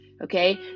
okay